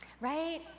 right